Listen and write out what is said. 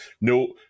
no